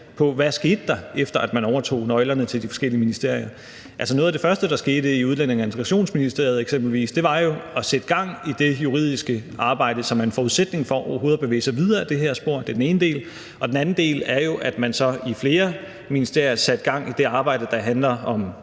på, hvad der skete, efter at man overtog nøglerne til de forskellige ministerier. Noget af det første, der skete i Udlændinge- og Integrationsministeriet eksempelvis, var jo, at man satte gang i det juridiske arbejde, som er en forudsætning for overhovedet at bevæge sig videre ad det her spor – det er den ene del. Den anden del er jo, at man så i flere ministerier har sat gang i det arbejde, der handler om